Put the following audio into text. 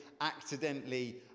accidentally